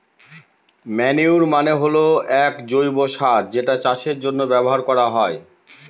manure মানে হল এক জৈব সার যেটা চাষের জন্য ব্যবহার করা হয়